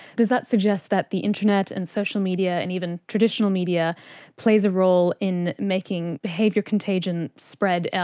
does that suggest that the internet and social media and even traditional media plays a role in making behaviour contagion spread,